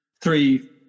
three